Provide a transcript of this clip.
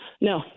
No